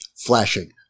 flashing